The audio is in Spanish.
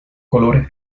colores